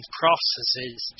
processes